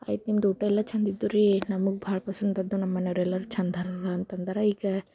ಆಯ್ತು ನಿಮ್ದು ಊಟಯೆಲ್ಲ ಚೆಂದಿತ್ರಿ ನಮಗೆ ಭಾಳ ಪಸಂದ ಬಂತು ನಮ್ಮನೆಯವ್ರೆಲ್ಲರು ಚೆಂದಹರಂತೆ ಅಂದಾರೆ ಈಗ